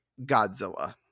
Godzilla